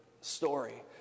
story